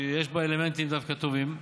שיש בה אלמנטים טובים דווקא,